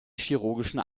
chirurgischen